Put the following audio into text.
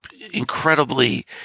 incredibly